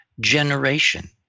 generation